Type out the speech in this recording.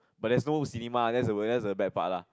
but there's no cinema that's the that's the bad part lah